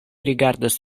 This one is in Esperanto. rigardas